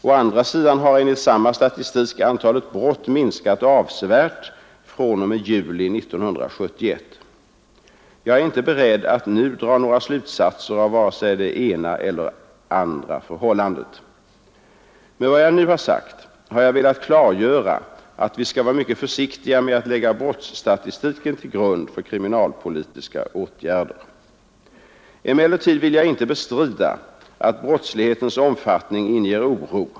Å andra sidan har enligt samma statistik antalet brott minskat avsevärt fr.o.m. juli 1971. Jag är inte beredd att nu dra några slutsatser av vare sig det ena eller det andra förhållandet. Med vad jag nu har sagt har jag velat klargöra att vi skall vara mycket försiktiga med att lägga brottsstatistiken till grund för kriminalpolitiska åtgärder. Emellertid vill jag inte bestrida att brottslighetens omfattning inger oro.